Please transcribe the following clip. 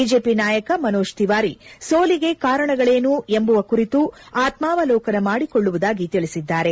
BJP ನಾಯಕ ಮನೋಜ್ ತಿವಾರಿ ಸೋಲಿಗೆ ಕಾರಣಗಳೇನು ಎಂಬುವ ಬಗ್ಗೆ ಆತ್ಮಾವಲೋಕನ ಮಾಡಿಕೊಳ್ಳುವುದಾಗಿ ತಿಳಿಸಿದ್ದಾರೆ